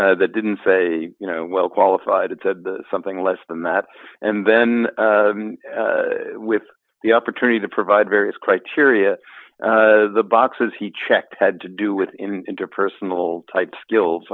that didn't say you know well qualified it said something less than that and then with the opportunity to provide various criteria the boxes he checked had to do with interpersonal type skills